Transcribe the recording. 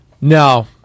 No